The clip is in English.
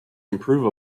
improve